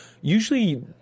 usually